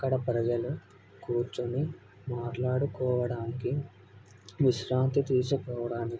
అక్కడ ప్రజలు కూర్చొని మాట్లాడుకోవడానికి విశ్రాంతి తీసుకోవడానికి